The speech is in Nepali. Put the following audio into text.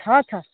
छ छ